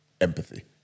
empathy